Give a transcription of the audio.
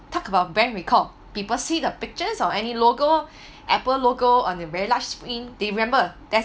talk about brand recall people see the pictures or any logo Apple logo on the very large screen do you remember